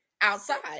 outside